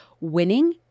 winning